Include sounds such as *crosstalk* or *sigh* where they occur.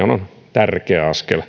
tärkeä askel *unintelligible*